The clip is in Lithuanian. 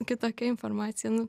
kitokia informacija nu